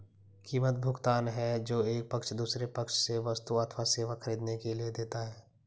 कीमत, भुगतान है जो एक पक्ष दूसरे पक्ष से वस्तु अथवा सेवा ख़रीदने के लिए देता है